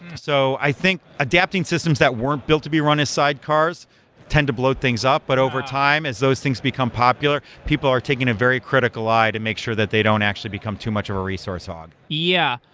so i think adapting systems that weren't built to be run at sidecars tend to blow things up, but over time, as those things become popular, people are taking a very critical eye to make sure that they don't actually become too much of a resource hog. yeah.